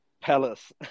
palace